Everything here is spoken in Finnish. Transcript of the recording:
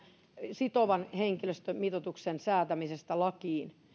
sitovan henkilöstömitoituksen säätämisestä lakiin